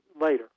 later